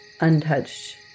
untouched